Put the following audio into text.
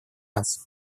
наций